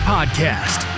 Podcast